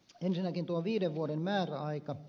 ensinnäkin tuo viiden vuoden määräaika